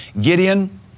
Gideon